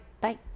Bye